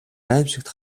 аймшигт